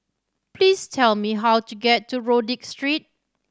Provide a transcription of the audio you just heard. please tell me how to get to Rodyk Street